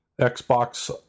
Xbox